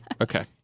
Okay